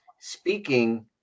speaking